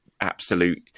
absolute